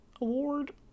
award